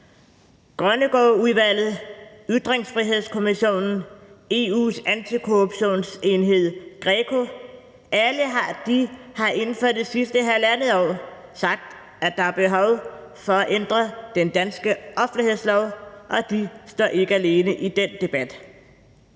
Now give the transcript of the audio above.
Grønnegårdudvalget, Ytringsfrihedskommissionen, EU's antikorruptionsenhed GRECO – de har alle inden for det sidste halvandet år sagt, at der er behov for at ændre den danske offentlighedslov, og de står ikke alene i den debat.